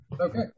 okay